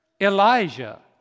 Elijah